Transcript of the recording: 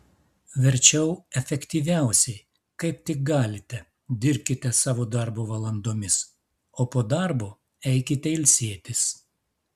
verčiau efektyviausiai kaip tik galite dirbkite savo darbo valandomis o po darbo eikite ilsėtis